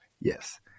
Yes